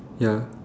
ya